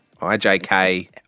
I-J-K